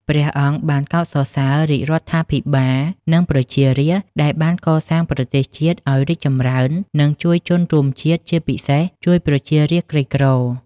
ព្រះអង្គបានកោតសរសើររាជរដ្ឋាភិបាល និងប្រជារាស្ត្រដែលបានកសាងប្រទេសជាតិឱ្យរីកចម្រើន និងជួយជនរួមជាតិ ជាពិសេសជួយប្រជារាស្ត្រក្រីក្រ។